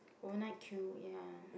overnight queue ya